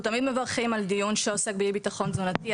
אנחנו תמיד מברכים על דיון שעוסק באי ביטחון תזונתי,